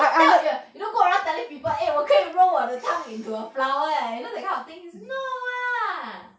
you don't go around telling people eh 我可以 roll 我的 thumb into a flower eh you know that kind of thing no lah